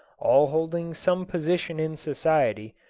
all holding some position in society,